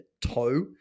toe